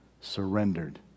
surrendered